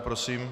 Prosím.